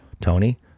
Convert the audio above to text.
Tony